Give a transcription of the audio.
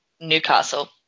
Newcastle